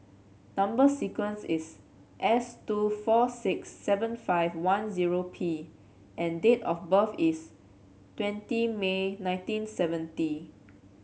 number sequence is S two four six seven five one zero P and date of birth is twenty May nineteen seventy